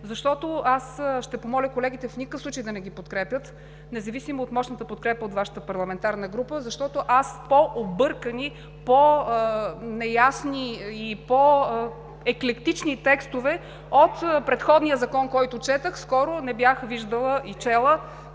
– ще помоля колегите в никакъв случай да не ги подкрепят, независимо от „мощната подкрепа“ от Вашата парламентарна група, защото по-объркани, по-неясни и по-еклектични текстове от предходния закон, който четох, скоро не бях виждала и чела.